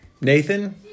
Nathan